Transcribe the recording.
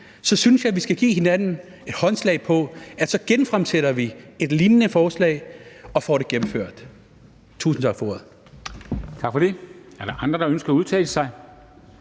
så synes jeg, at vi skal give hinanden håndslag på, at vi så genfremsætter et lignende forslag og får det gennemført. Tusind tak for ordet.